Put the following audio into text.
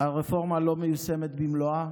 הרפורמה לא מיושמת במלואה,